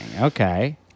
Okay